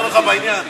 אני עוזר לך בעניין.